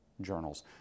journals